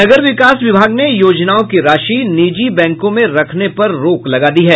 नगर विकास विभाग ने योजनाओं की राशि निजी बैंकों में रखने पर रोक लगा दी है